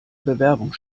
bewerbung